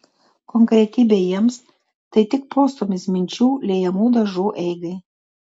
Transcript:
konkretybė jiems tai tik postūmis minčių liejamų dažų eigai